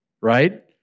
right